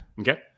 Okay